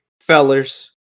fellers